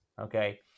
Okay